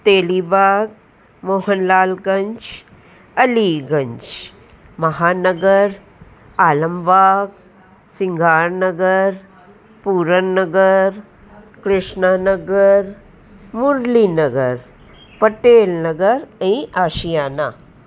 Telibagh Mohanlalganj Aliganj Mahanagar Alambagh Singarnagar Purannagar Krishnanagar Murlinagar Patelnagar ऐं आशियाना